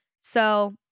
So-